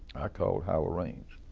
i called hal ah raines,